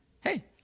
Hey